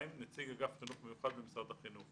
נציג אגף חינוך מיוחד במשרד החינוך.